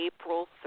April